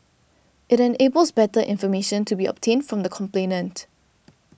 it enables better information to be obtained from the complainant